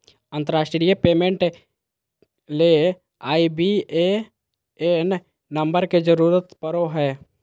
अंतरराष्ट्रीय पेमेंट ले IBAN number के जरूरत पड़ो हय